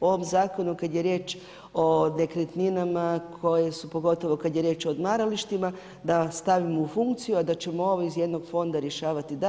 o ovom zakonu kad je riječ o nekretninama, koje su pogotovo kad je riječ o odmaralištima, da stavimo u funkciju, a da ćemo ovo iz jednog fonda rješavati dalje.